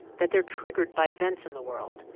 that they're triggered by events in the world,